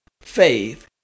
Faith